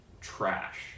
trash